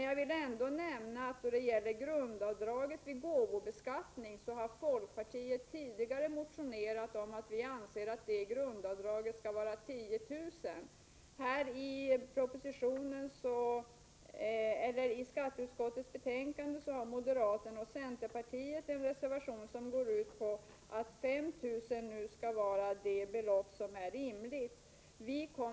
Jag vill ändå nämna att folkpartiet tidigare har motionerat om att grundavdraget vid gåvobeskattning skall vara 10 000 kr. Moderaterna och centerpartiet har en reservation till betänkandet som går ut på att 5 000 kr. nu skall vara det belopp som kan anses som rimligt.